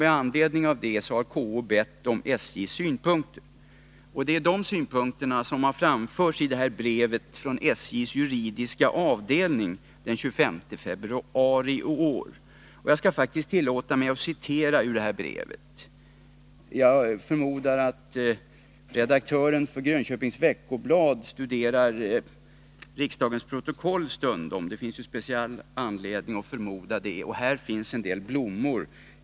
Med anledning av denna anmälan har KO bett om SJ:s synpunkter, och SJ har lämnat sådana i ett brev från sin juridiska avdelning den 25 februari i år. Jag tillåter mig att citera ur detta brev. — Jag förmodar, eftersom det finns speciell anledning att göra det, att redaktören för Grönköpings Veckoblad stundom studerar riksdagens protokoll, och jag vill tillägga att det i det här brevet finns en del blomster.